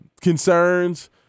concerns